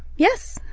yes.